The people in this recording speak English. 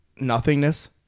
nothingness